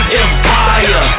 empire